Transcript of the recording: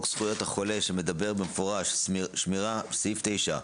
זכויות החולה שמדבר במפורש בסעיף 9,